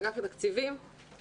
באגף התקציבים,